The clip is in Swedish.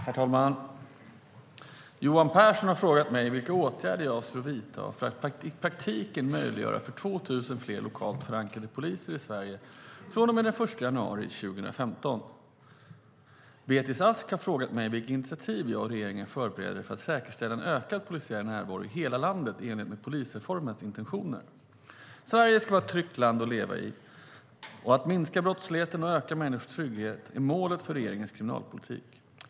Herr talman! Johan Pehrson har frågat mig vilka åtgärder jag avser att vidta för att i praktiken möjliggöra för 2 000 fler lokalt förankrade poliser i Sverige från och med den 1 januari 2015. Beatrice Ask har frågat mig vilka initiativ jag och regeringen förbereder för att säkerställa en ökad polisiär närvaro i hela landet i enlighet med polisreformens intentioner. Sverige ska vara ett tryggt land att leva i, och att minska brottsligheten och öka människors trygghet är målet för regeringens kriminalpolitik.